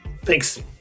Thanks